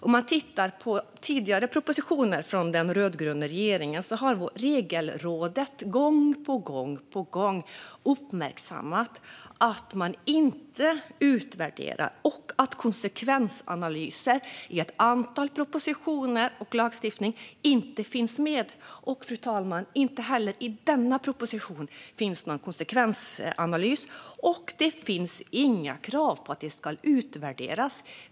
Om vi tittar på tidigare propositioner från den rödgröna regeringen ser vi att Regelrådet gång på gång har uppmärksammat att man inte utvärderar och att konsekvensanalyser saknas i ett antal propositioner och lagstiftningsförslag. Fru talman! Inte heller i denna proposition finns någon konsekvensanalys, och det finns inga krav på att förslaget ska utvärderas.